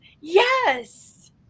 yes